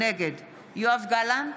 נגד יואב גלנט,